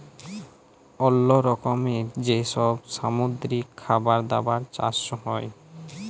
অল্লো রকমের যে সব সামুদ্রিক খাবার দাবার চাষ হ্যয়